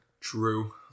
True